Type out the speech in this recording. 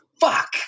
fuck